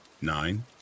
nine